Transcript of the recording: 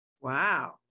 Wow